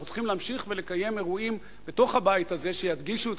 אנחנו צריכים להמשיך ולקיים בתוך הבית הזה אירועים שידגישו את